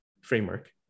framework